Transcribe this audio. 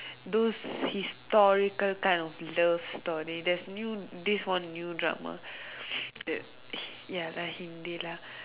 those historical kind of love story there is new this one new drama it ya lah Hindi lah